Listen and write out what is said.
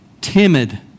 timid